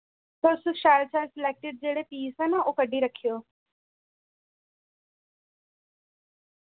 परसूं शैल शैल सेलेक्टेड जेह्ड़े पीस ऐ ना ओह् कड्डी रक्खेओ